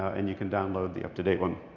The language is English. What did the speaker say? and you can download the up-to-date one.